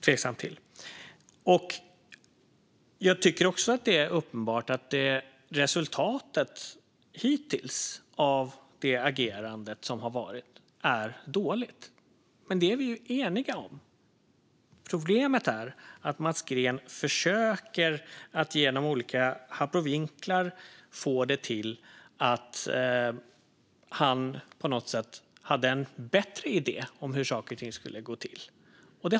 Det är uppenbart att resultatet hittills av det agerande som har varit är dåligt, och det är vi eniga om. Problemet är att Mats Green genom olika abrovinker försöker få det till att han hade en bättre idé om hur saker och ting skulle gå till.